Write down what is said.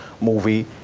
movie